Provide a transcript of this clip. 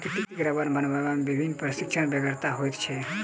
प्राकृतिक रबर बनयबा मे विधिवत प्रशिक्षणक बेगरता होइत छै